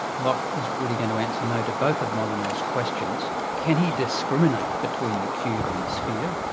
locke is really going to answer no to both of molyneux' questions can he discriminate between the cube and the sphere,